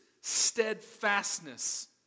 steadfastness